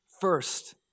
first